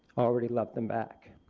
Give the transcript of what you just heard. already love them back.